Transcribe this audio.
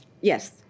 Yes